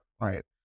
right